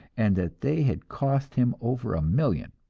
and they had cost him over a million.